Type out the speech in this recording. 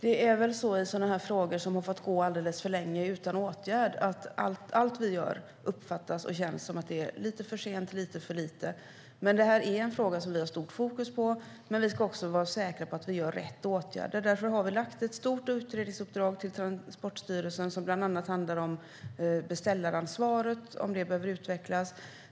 Fru talman! I sådana här frågor, som har fått gå alldeles för länge utan åtgärd, uppfattas och känns allt vi gör som att det är lite för sent och lite för lite. Detta är en fråga som vi har stort fokus på, men vi ska också vara säkra på att vi vidtar rätt åtgärder. Därför har vi gett ett stort utredningsuppdrag till Transportstyrelsen, som bland annat handlar om beställaransvaret och om det behöver utvecklas.